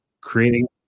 creating